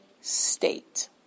state